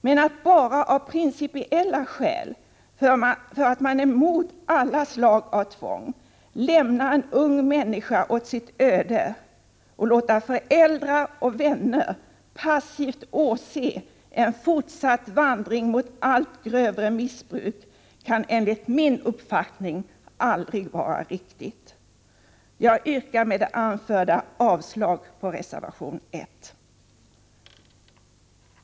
Men att bara av principiella skäl, för att man är emot alla slag av tvång, lämna en ung människa åt sitt öde och låta föräldrar och vänner passivt åse en fortsatt vandring mot allt grövre missbruk kan enligt min uppfattning aldrig vara riktigt. Jag yrkar med det anförda avslag på reservation 1.